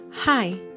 Hi